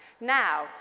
Now